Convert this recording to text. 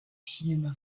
cinéma